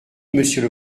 monsieur